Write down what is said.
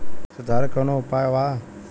सुधार के कौनोउपाय वा?